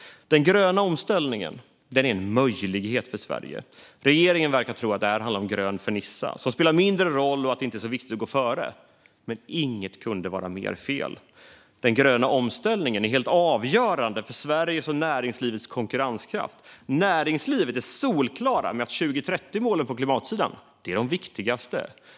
Den gröna omställningen är en möjlighet för Sverige, men regeringen verkar tro att det handlar om grön fernissa som spelar mindre roll och att det inte är så viktigt att gå före. Men inget kunde vara mer fel. Den gröna omställningen är helt avgörande för Sveriges och näringslivets konkurrenskraft. Från näringslivet är man solklar med att 2030-målen på klimatsidan är de viktigaste.